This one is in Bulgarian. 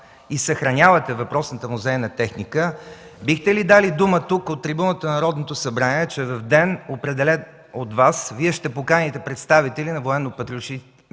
и съхранявате въпросната музейна техника, бихте ли дали дума тук, от трибуната на Народното събрание, че в ден, определен от Вас, ще поканите представители на военно-патриотичните